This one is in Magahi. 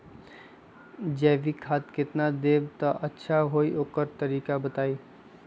जैविक खाद केतना देब त अच्छा होइ ओकर तरीका बताई?